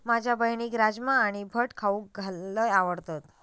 माझ्या बहिणीक राजमा आणि भट खाऊक लय आवडता